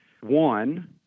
One